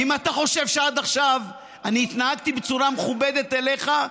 ואם אתה חושב שעד עכשיו התנהגתי בצורה מכובדת אליך,